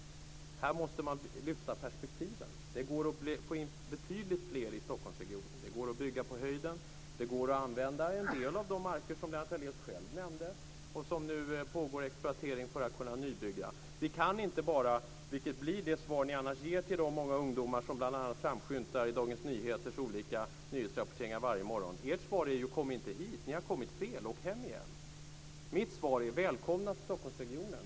Här måste man lyfta perspektiven. Det går att få in betydligt fler i Stockholmsregionen. Det går att bygga på höjden. Det går att använda en del av de marker som Lennart Daléus själv nämnde och som det nu pågår exploatering för att kunna nybygga. Vi kan inte ge det svar som ni ger till de många ungdomar som bl.a. framskymtar i Dagens Nyheters olika nyhetsrapporteringar varje morgon. Ert svar är: Kom inte hit! Ni har kommit fel. Åk hem igen. Mitt svar är: Välkomna till Stockholmsregionen.